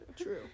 true